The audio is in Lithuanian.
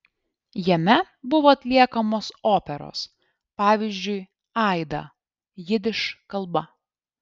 jame buvo atliekamos operos pavyzdžiui aida jidiš kalba